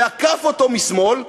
ועקף אותו משמאל,